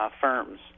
firms